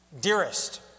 dearest